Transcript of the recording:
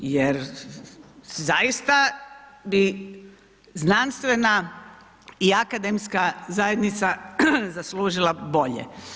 Jer zaista bi znanstvena i akademska zajednica zaslužila bolje.